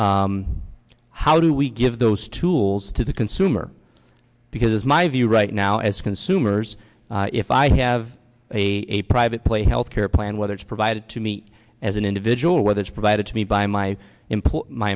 how do we give those tools to the consumer because my view right now as consumers if i have a private play health care plan whether it's provided to me as an individual or whether it's provided to me by my